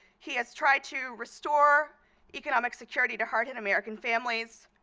he has tried to restore economic security to hard-hit american families,